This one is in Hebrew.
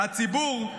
הציבור,